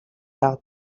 out